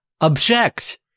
object